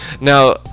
Now